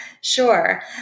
Sure